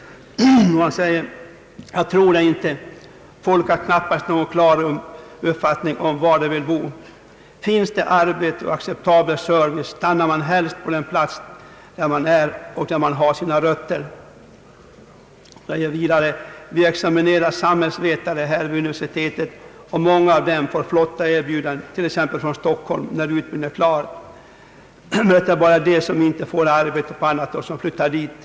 Han svarar: Jag tror det inte. Folk har knappast någon klar uppfattning om var de vill bo. Finns det arbete och acceptabel service stannar man helst på den plats där man är och där man har sina rötter. Vi examinerar samhällsplanerare här vid universitetet, och många av dem får flotta erbjudanden, t.ex. från Stockholm, när utbildningen är klar, men det är bara de som inte får arbete på annat håll som flyttar dit.